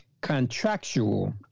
contractual